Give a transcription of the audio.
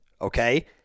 okay